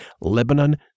Lebanon